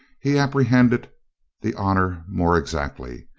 he apprehended the honor more exactly.